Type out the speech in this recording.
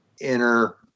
inner